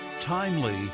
timely